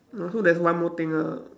oh so there's one more thing ah